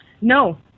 No